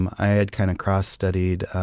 i had kind of cross-studied